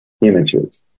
images